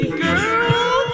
girl